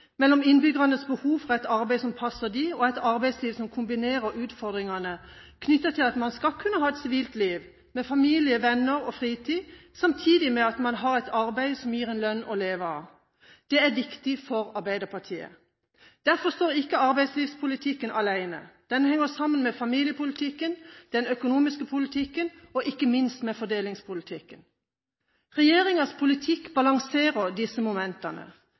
mellom innbyggernes behov for et arbeid som passer for dem, et arbeidsliv som kombinerer utfordringene knyttet til at man skal kunne ha et sivilt liv med familie, venner og fritid samtidig med at man har et arbeid som gir en lønn å leve av, er viktig for Arbeiderpartiet. Derfor står ikke arbeidslivspolitikken alene. Den henger sammen med familiepolitikken, den økonomiske politikken og ikke minst med fordelingspolitikken. Regjeringens politikk balanserer disse momentene.